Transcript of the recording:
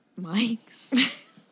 mics